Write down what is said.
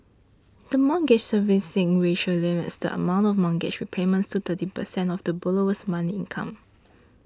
the Mortgage Servicing Ratio limits the amount for mortgage repayments to thirty percent of the borrower's monthly income